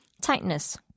Tightness